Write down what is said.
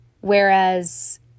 Whereas